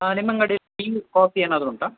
ಹಾಂ ನಿಮ್ಮ ಅಂಗಡಿ ಟೀ ಕಾಫಿ ಏನಾದರು ಉಂಟಾ